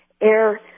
Air